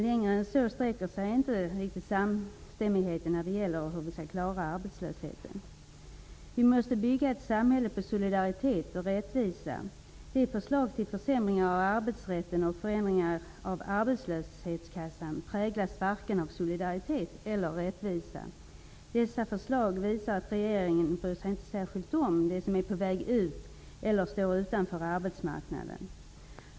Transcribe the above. Längre än så sträcker sig inte samstämmigheten när det gäller hur vi skall klara arbetslösheten. Vi måste bygga ett samhälle på solidaritet och rättvisa. Regeringens förslag till försämringar av arbetsrätten och förändringar av arbetslöshetskassan präglas varken av solidaritet eller rättvisa. Dessa förslag visar att regeringen inte bryr sig särskilt mycket om dem som är på väg ut från arbetsmarknaden eller står utanför den.